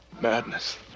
Madness